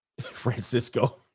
Francisco